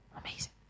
Amazing